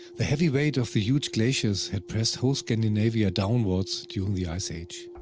the heavy weight of the huge glaciers had pressed whole scandinavia downwards during the ice age.